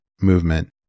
movement